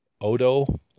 Odo